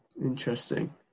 Interesting